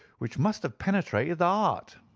which must have penetrated the heart.